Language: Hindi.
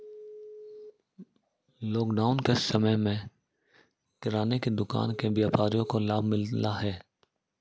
लॉकडाउन के समय में किराने की दुकान के व्यापारियों को लाभ मिला है